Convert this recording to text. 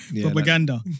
Propaganda